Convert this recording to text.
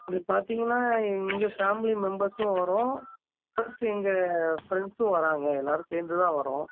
இது பார்த்தீங்கன்னா எங்கள் ஃபேமிலி மெம்பர்ஸும் வரோம் ப்ளஸ் எங்கள் ஃப்ரெண்ட்ஸும் வராங்க எல்லோரும் சேர்ந்து தான் வரோம்